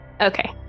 Okay